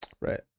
Right